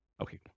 Okay